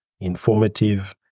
informative